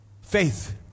faith